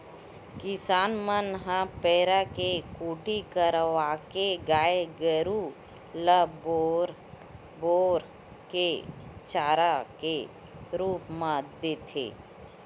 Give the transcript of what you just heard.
किसान मन ह पेरा के कुटी करवाके गाय गरु ल बोर बोर के चारा के रुप म देथे